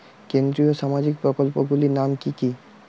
কেন্দ্রীয় সামাজিক প্রকল্পগুলি নাম কি কি?